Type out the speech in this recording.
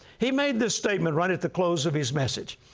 he made this statement right at the close of his message.